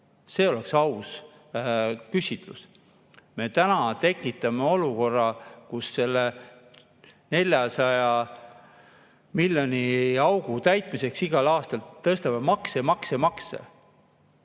See oleks aus küsitlus. Me tekitame olukorra, kus selle 400 miljoni [suuruse] augu täitmiseks me igal aastal tõstame makse, makse ja makse.